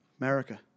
America